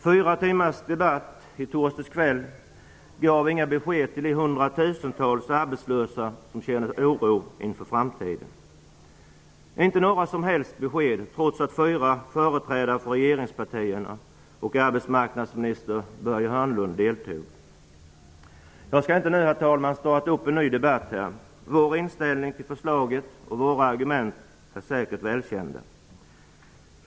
Fyra timmars debatt i torsdags kväll gav inga besked till de hundratusentals arbetslösa som känner oro inför framtiden. Det gavs inte några som helst besked, trots att fyra företrädare för regeringspartierna och arbetsmarknadsminister Nu skall jag inte starta en ny debatt här, herr talman. Vår inställning till förslaget och våra argument är säkert välkända.